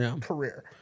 career